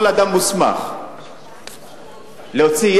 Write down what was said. כל אדם מוסמך,